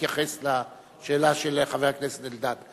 יתייחס לשאלה של חבר הכנסת אלדד.